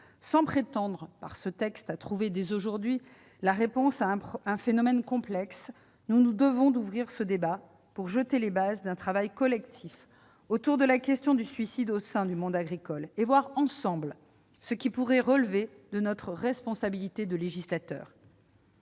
Sans prétendre, avec ce texte, trouver dès aujourd'hui la réponse à un phénomène complexe, nous nous devons d'ouvrir ce débat pour jeter les bases d'un travail collectif autour de la question du suicide au sein du monde agricole et pour voir, ensemble, ce qui pourrait relever de notre responsabilité de législateur.